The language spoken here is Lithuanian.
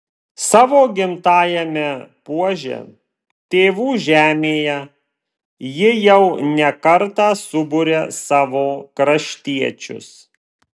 savo gimtajame puože tėvų žemėje ji jau ne kartą suburia savo kraštiečius